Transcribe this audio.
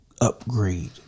upgrade